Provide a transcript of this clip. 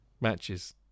matches